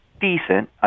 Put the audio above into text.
decent